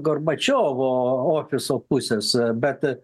gorbačiovo ofiso pusės beta